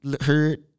heard